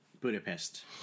Budapest